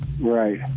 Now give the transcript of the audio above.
Right